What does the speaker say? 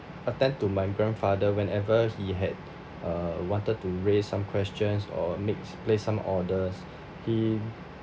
attend to my grandfather whenever he had uh wanted to raise some questions or makes place some orders he